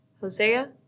Hosea